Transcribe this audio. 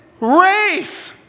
race